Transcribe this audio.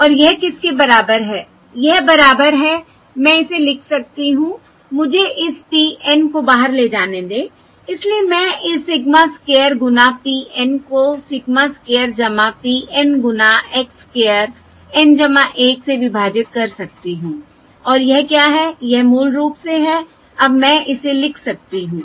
और यह किसके बराबर है यह बराबर है मैं इसे लिख सकती हूं मुझे इस p N को बाहर ले जाने दें इसलिए मैं इस सिग्मा स्क्वायर गुना p N को सिग्मा स्क्वायर p N गुना x स्क्वायर N 1 से विभाजित कर सकती हूं और यह क्या है यह मूल रूप से है अब मैं इसे लिख सकती हूं